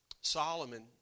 Solomon